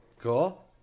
cool